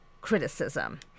criticism